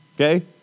okay